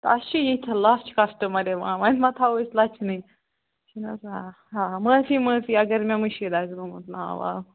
تہٕ اَسہِ چھِ ییٚتھٮ۪ن لچھ کسٹمر یِوان وۄنۍ ما تھاوو أسۍ لچھنٕے چھِنہٕ حظ آ آ معٲفی معٲفی اگر مےٚ مٔشِد آسہِ گوٚمُت ناو واو